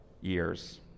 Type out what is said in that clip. years